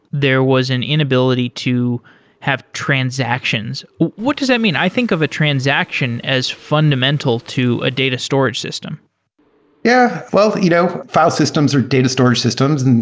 there was an inability to have transactions. what does that mean? i think of a transaction as fundamental to a data storage system yeah, file you know file systems or data storage systems. and